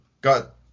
got –